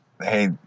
hey